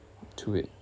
to it